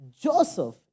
Joseph